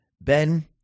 Ben